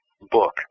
book